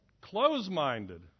Close-minded